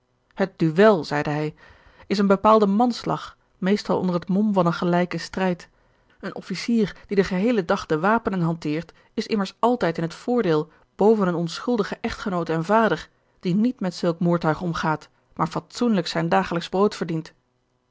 het duel zeide hij is een bepaalde manslag meestal onder het mom van een gelijken strijd een officier die den geheelen dag de wapenen hanteert is immers altijd in het voordeel boven een onschuldigen echtgenoot en vader die niet met zulk moordtuig omgaat maar fatsoenlijk zijn dagelijksch brood verdient